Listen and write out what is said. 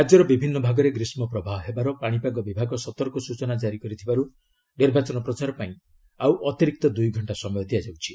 ରାଜ୍ୟର ବିଭିନ୍ନ ଭାଗରେ ଗ୍ରୀଷ୍ମ ପ୍ରବାହ ହେବାର ପାଣିପାଗ ବିଭାଗ ସତର୍କ ସୂଚନା ଜାରି କରିଥିବାରୁ ନିର୍ବାଚନ ପ୍ରଚାର ପାଇଁ ଆଉ ଅତିରିକ୍ତ ଦୁଇଘଣ୍ଟା ସମୟ ଦିଆଯାଉଛି